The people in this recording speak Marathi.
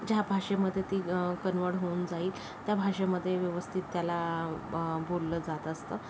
ज्या भाषेमधे ती कन्व्हर्ट होऊन जाईल त्या भाषेमधे व्यवस्थित त्याला बोललं जात असतं